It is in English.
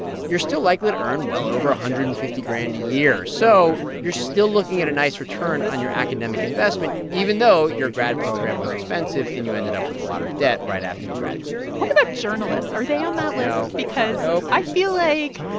you're still likely to earn well over one hundred and fifty grand a year, so you're still looking at a nice return on your academic investment even though your grad program was expensive and you ended up with a lot of debt right after you graduated what about journalists? are they on that list? no because. nope. i feel like.